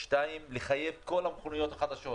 דבר שני, לחייב את כל המכוניות החדשות